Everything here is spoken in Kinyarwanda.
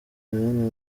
imibonano